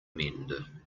mend